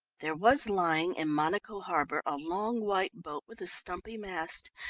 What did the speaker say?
there was lying in monaco harbour a long white boat with a stumpy mast,